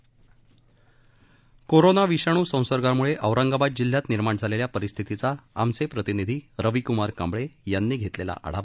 आता ऐकूयात कोरोना विषाणू संसर्गामुळे औरंगाबाद जिल्ह्यात निर्माण झालेल्या परिस्थिती आमचे प्रतिनिधी रविक्मार कांबळे यांनी घेतलेला आढावा